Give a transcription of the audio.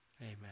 Amen